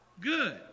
good